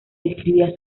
describía